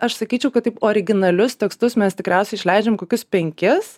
aš sakyčiau kad taip originalius tekstus mes tikriausiai išleidžiam kokius penkis